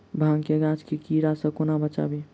भांग केँ गाछ केँ कीड़ा सऽ कोना बचाबी?